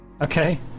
Okay